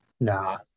Nah